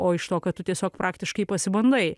o iš to ką tu tiesiog praktiškai pasibandai